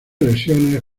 lesiones